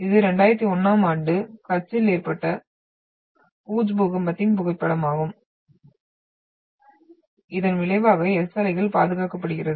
இது 2001 ஆம் ஆண்டு கச்சில் ஏற்பட்ட பூஜ் பூகம்பத்தின் புகைப்படமாகும் இதன் விளைவாக S அலை பாதுகாக்கப்படுகிறது